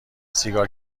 سیگار